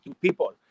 people